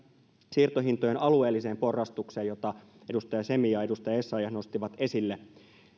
siirtohintojen alueelliseen porrastukseen jota edustaja semi ja edustaja essayah nostivat esille